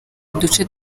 uduce